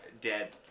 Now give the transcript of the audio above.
dead